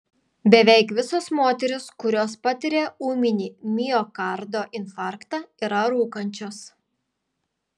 beveik visos moterys kurios patiria ūminį miokardo infarktą yra rūkančios